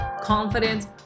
confidence